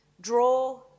draw